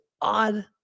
odd